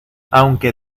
aunque